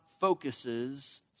focuses